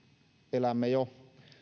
elämme jo